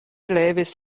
levis